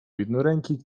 jednoręki